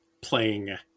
playing